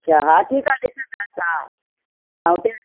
अच्छा हा ठीकु आहे ॾिसंदासीं हा हा हुते वञी करे